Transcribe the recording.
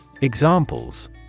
Examples